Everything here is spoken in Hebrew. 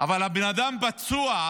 אבל הבן אדם פצוע,